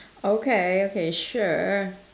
okay okay sure